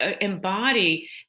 embody